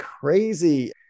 crazy